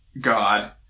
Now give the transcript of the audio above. God